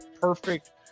perfect